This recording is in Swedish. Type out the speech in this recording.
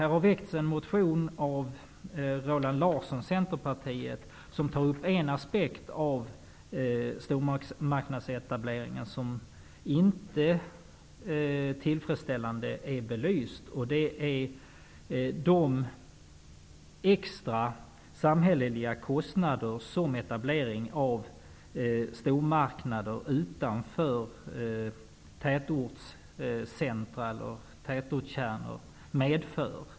Roland Larsson, Centerpartiet, har väckt en motion som tar upp en aspekt av stormarknadsetableringar som inte är tillfredsställande belyst. Det gäller de extra samhälleliga kostnader som etablering av stormarknader utanför tätortskärnor medför.